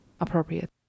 appropriate